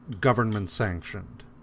government-sanctioned